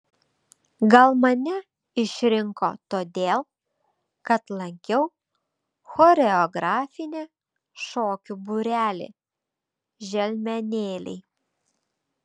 gal mane išrinko todėl kad lankiau choreografinį šokių būrelį želmenėliai